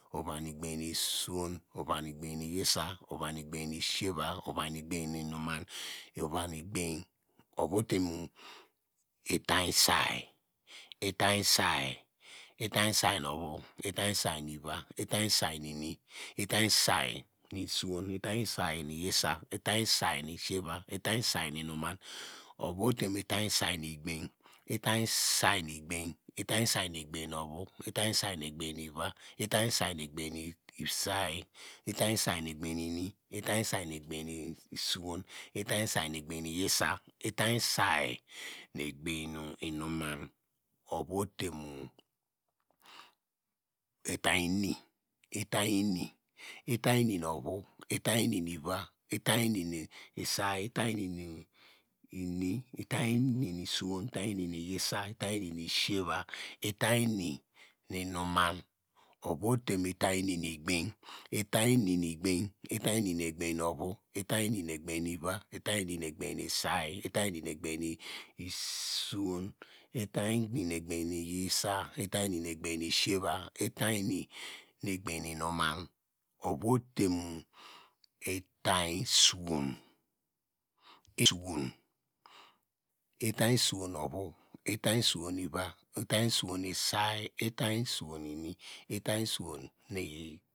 Ova nu egbany nu suwon ova nu egbany nu yisa ova nu egbany nu siyeva ova nu egbany nu inuman ovu ote mu itany saiy, itany say nu ovu, itany say nu ivi, itany suynu suý, itany say nu ini, itany say nu suwon, itany say nu yisa, itany say, nu siyeva itany say, nu inuman ovu ote mu itany say nu egbany, itany say nu egbany itany say nu egbany nu ovu itam say nu egbany nu ivi itany say, nu egbany nu ivi itany say, nu egbany nu say itany say nu egbany nu ini itany say nu egbany nu yisa itkury say nu egbany nu siyeva itany say nu egbany nu inuman ovu ote mu itany ini, itany ini itany ini nu ovu, itany ini nu ivi, itany mi nu say itany ini nu ini, itany nu ini, itany ini nu suwon, itany ini nu yisa itany ini nu siyeva, itany nu inuman ovu ote mu itany ini nu egbany, itany ini nu egbanu itany ini nu egbam nu ovu itany ini nu egbany nu saý itany ini nu egbany nu ini itany ini nu egbany nu suwon itany ini nu egbam nu yisa, itany ini nu egbany nu siyiya, itany ini nu egbany nu inuman ovu ote mu itany usuwon itany suwon, itany suwon nu ovu, itany suwon nu ivi suwon nu ini